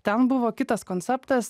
ten buvo kitas konceptas